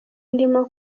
ndimo